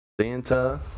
Santa